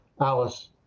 Alice